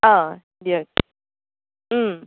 অ দিয়ক ওম